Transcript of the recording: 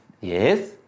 Yes